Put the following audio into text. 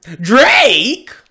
Drake